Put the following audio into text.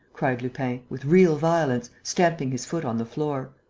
cried lupin, with real violence, stamping his foot on the floor.